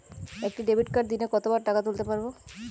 একটি ডেবিটকার্ড দিনে কতবার টাকা তুলতে পারব?